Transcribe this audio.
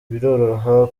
biroroha